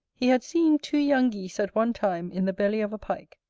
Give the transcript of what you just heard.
he had seen two young geese at one time in the belly of a pike.